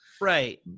Right